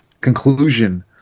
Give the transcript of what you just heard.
conclusion